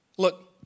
Look